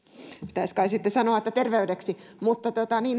pitäisi kai sitten sanoa että terveydeksi